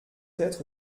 être